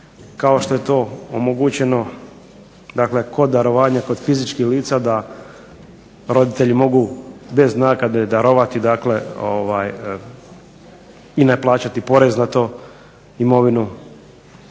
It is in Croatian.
kao što je to omogućeno dakle kod darovanja, kod fizičkih lica da roditelji mogu bez naknade darovati dakle i ne plaćati porez na to imovinu